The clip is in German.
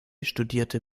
studierte